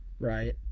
Right